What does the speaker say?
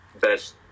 best